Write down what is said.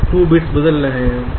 2 bits बदल रहे हैं